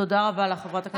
תודה רבה לך, חברת הכנסת שקד.